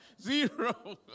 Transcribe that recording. Zero